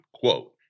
Quote